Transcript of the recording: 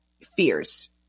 fears